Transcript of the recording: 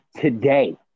today